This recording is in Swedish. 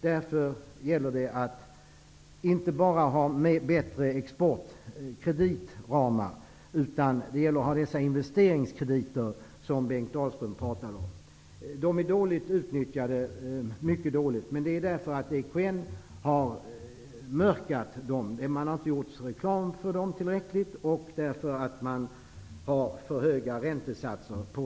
Det gäller därför inte bara att ha bättre exportkreditramar utan också att ha de investeringskrediter som Bengt Dalström talade om. Exportkrediterna utnyttjas mycket dåligt, och det beror på att EKN har mörkat dem -- man har inte gjort tillräcklig reklam för dem -- och på att man har för höga räntesatser.